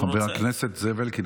חבר הכנסת זאב אלקין,